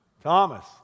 Thomas